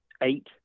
Eight